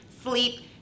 sleep